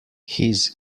his